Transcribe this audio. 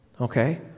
okay